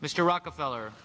mr rockefeller